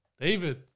David